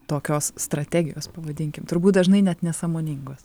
tokios strategijos pavadinkim turbūt dažnai net nesąmoningos